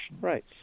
Right